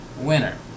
Winner